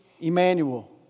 Emmanuel